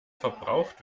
verbraucht